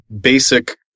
basic